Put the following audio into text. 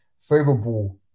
favorable